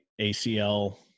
ACL